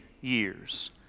years